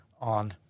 on